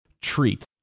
treat